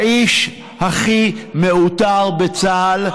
האיש הכי מעוטר בצה"ל.